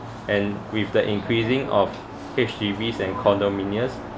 and with the increasing of H_D_Bs and condominiums